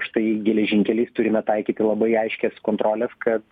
štai geležinkeliais turime taikyti labai aiškias kontroles kad